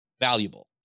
valuable